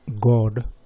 God